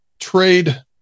Trade